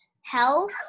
health